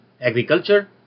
agriculture